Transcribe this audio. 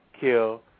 kill